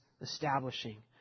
establishing